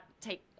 take